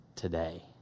today